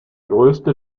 größte